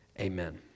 amen